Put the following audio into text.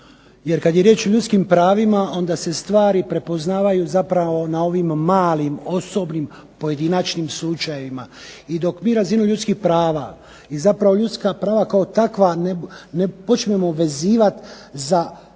jer kad je riječ o ljudskim pravima onda se stvari prepoznaju zapravo na ovim malim osobnim pojedinačnim slučajevima. I dok mi razinu ljudskih prava i zapravo ljudska prava kao takva ne počnemo vezivati za